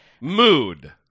Mood